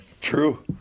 True